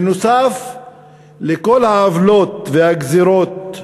נוסף על כל העוולות והגזירות,